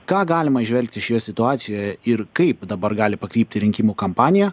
ką galima įžvelgti šioje situacijoje ir kaip dabar gali pakrypti rinkimų kampanija